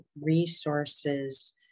resources